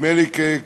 נדמה לי שכולנו,